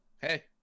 hey